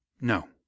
No